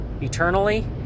eternally